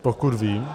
Pokud vím.